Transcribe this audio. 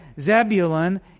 Zebulun